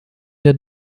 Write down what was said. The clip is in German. der